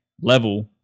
level